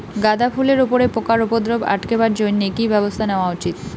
গাঁদা ফুলের উপরে পোকার উপদ্রব আটকেবার জইন্যে কি ব্যবস্থা নেওয়া উচিৎ?